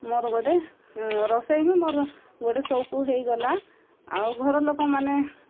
ମୋର ଗୋଟେ ରୋଷେଇ ହିଁ ମୋର ଗୋଟେ ସଉକ ହେଇଗଲା ଆଉ ଘର ଲୋକମାନେ